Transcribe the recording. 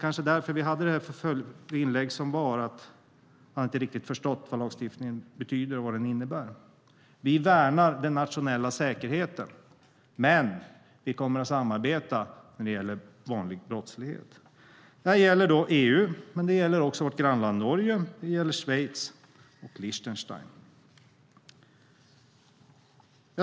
Kanske hade vi det förra inlägget för att man inte riktigt har förstått vad lagstiftningen betyder och innebär. Vi värnar den nationella säkerheten, men vi kommer att samarbeta när det gäller vanlig brottslighet. Detta gäller EU men också Norge, Schweiz och Lichtenstein.